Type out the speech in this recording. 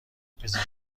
پزشکی